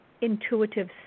intuitive